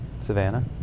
Savannah